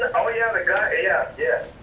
oh yeah the guy, yeah yeah.